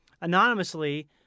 anonymously